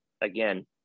again